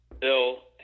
Bill